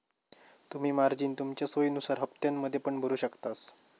तुम्ही मार्जिन तुमच्या सोयीनुसार हप्त्त्यांमध्ये पण भरु शकतास